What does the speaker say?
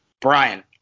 Brian